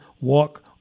walk